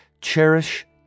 Cherish